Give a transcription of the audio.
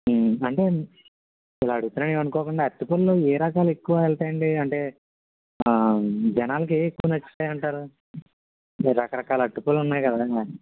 అంటే ఇలా అడుగుతున్నానని ఏమనుకోకండి అరటి పళ్ళు ఏ రకాలు ఎక్కువ వెళ్తాయి అండి అంటే జనాలకి ఏవి ఎక్కువ నచ్చుతాయి అంటారు రకరకాల అరటిపళ్ళు ఉన్నాయి కదా